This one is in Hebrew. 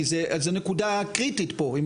כי זו נקודה קריטית פה.